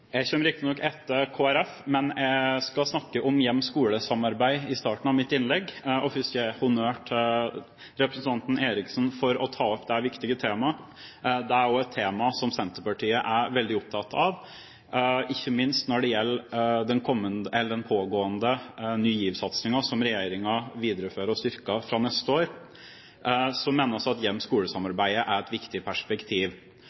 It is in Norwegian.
Jeg kommer riktignok etter Kristelig Folkeparti, men jeg skal snakke om hjem–skole-samarbeid i starten av mitt innlegg og først gi honnør til representanten Eriksen for å ta opp det viktige temaet. Det er også et tema som Senterpartiet er veldig opptatt av. Ikke minst når det gjelder den pågående Ny GIV-satsingen som regjeringa viderefører og styrker fra neste år, mener vi at